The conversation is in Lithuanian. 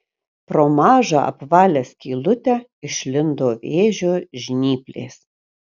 pro mažą apvalią skylutę išlindo vėžio žnyplės